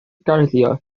garddio